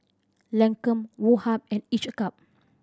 Lancome Woh Hup and Each a Cup